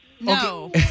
No